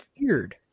weird